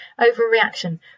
overreaction